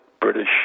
British